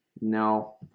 No